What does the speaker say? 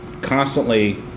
constantly